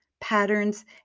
patterns